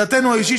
דעתנו האישית,